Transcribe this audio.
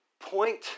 point